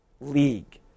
league